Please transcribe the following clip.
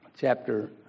chapter